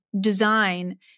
design